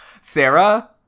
Sarah